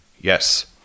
Yes